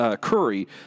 curry